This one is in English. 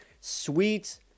sweet